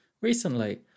Recently